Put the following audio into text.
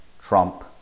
Trump